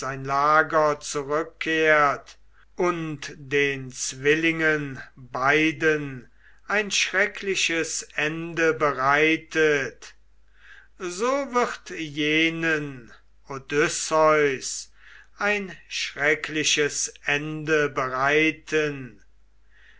sein lager zurückkehrt und den zwillingen beiden ein schreckliches ende bereitet so wird jenen odysseus ein schreckliches ende bereiten